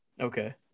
okay